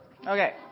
Okay